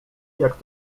jak